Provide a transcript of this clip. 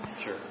Sure